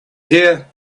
here